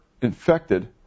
infected